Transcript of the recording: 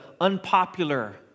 unpopular